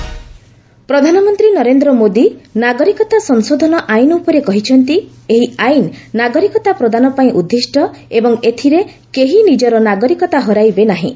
ରିଭ୍ ମୋଦି ସିଏଏ ପ୍ରଧାନମନ୍ତ୍ରୀ ନରେନ୍ଦ୍ର ମୋଦି ନାଗରିକତା ସଂଶୋଧନ ଆଇନ ଉପରେ କହିଛନ୍ତି ଏହି ଆଇନ ନାଗରିକତା ପ୍ରଦାନ ପାଇଁ ଉଦ୍ଦିଷ୍ଟ ଏବଂ ଏଥିରେ କେହି ନିଜର ନାଗରିକତା ହରାଇବେ ନାହିଁ